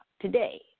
today